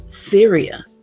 syria